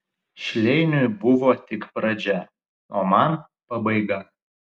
šleiniui buvo tik pradžia o man pabaiga